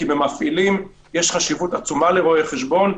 כי במפעילים יש חשיבות עצומה לרואי חשבון.